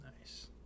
Nice